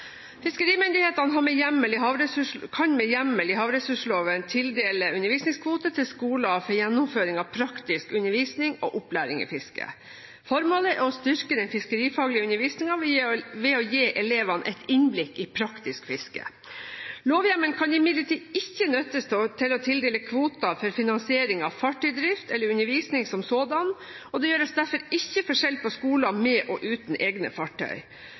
Fiskerimyndighetene kan med hjemmel i havressursloven tildele undervisningskvoter til skoler for gjennomføring av praktisk undervisning og opplæring i fiske. Formålet er å styrke den fiskerifaglige undervisningen ved å gi elevene et innblikk i praktisk fiske. Lovhjemmelen kan imidlertid ikke nyttes til å tildele kvoter for finansiering av fartøydrift eller undervisning som sådan, og det gjøres derfor ikke forskjell på skoler med og uten egne fartøy.